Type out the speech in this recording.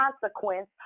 consequence